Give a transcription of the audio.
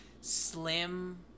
slim